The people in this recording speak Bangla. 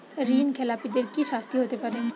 ঋণ খেলাপিদের কি শাস্তি হতে পারে?